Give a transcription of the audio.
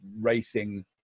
racing